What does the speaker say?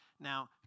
Now